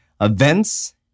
events